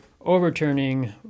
overturning